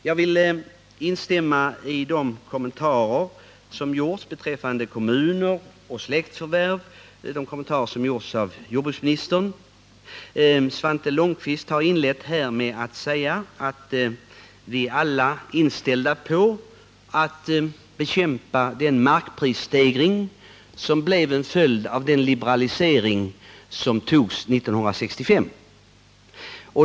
Jag vill instämma i de kommentarer som gjorts av jordbruksministern beträffande kommuner och släktförvärv. Svante Lundkvist har inlett debatten med att säga att vi alla är inställda på att bekämpa den markprisstegring som blev en följd av den liberalisering som beslöts 1965.